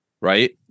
right